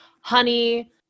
honey